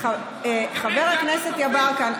חבר הכנסת יברקן,